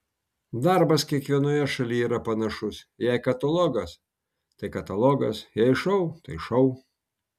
darbas kiekvienoje šalyje yra panašus jei katalogas tai katalogas jei šou tai šou